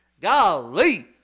Golly